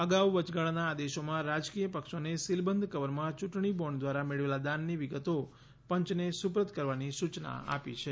અગાઉ વચગાળાના આદેશોમાં રાજકીય પક્ષોને સીલબંધ કવરમાં યૂંટણી બોન્ડ દ્વારા મેળવેલા દાનની વિગતો પંચને સુપરત કરવાની સૂયના આપી છે